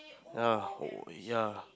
ya lah oh ya